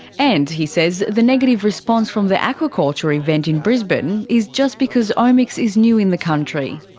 and, he says, the negative response from the aquaculture event in brisbane is just because omics is new in the country.